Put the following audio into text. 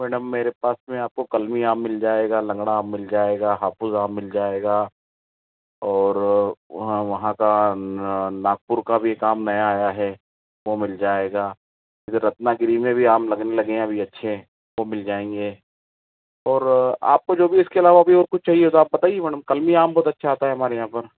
madam मेरे पास में आपको कलमी मिल जाएगा लंगड़ा आम मिल जाएगा हापुस आम मिल जाएगा और वहाँ वहाँ का नागपुर का भी एक आम नया आया है वह मिल जाएगा इधर रत्नागिरी में भी लगने लगे है अच्छे वह मिल जाएंगे और आपको जो भी इसके अलावा कुछ चाहिए मैडम कलमी आम बहुत अच्छा आता है हमारे यहाँ पर